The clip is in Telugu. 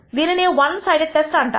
దీనినే వన్ సైడెడ్ టెస్ట్ అంటారు